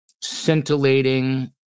scintillating